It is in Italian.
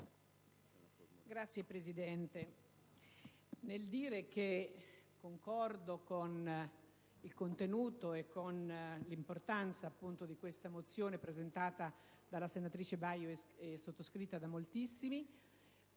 Signor Presidente, nel dire che concordo con il contenuto e con l'importanza della mozione presentata dalla senatrice Baio e sottoscritta da moltissimi